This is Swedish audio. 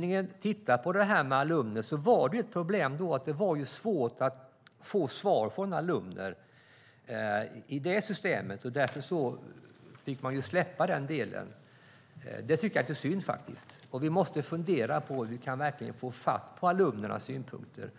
Det här med alumner var ett problem för utredningen. Det var svårt att få svar från alumner i det systemet, och därför fick man släppa den delen. Det tycker jag är lite synd. Vi måste verkligen fundera på hur vi kan få fatt på alumnernas synpunkter.